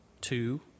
Two